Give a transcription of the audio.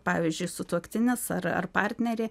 pavyzdžiui sutuoktinis ar ar partnerė